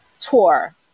tour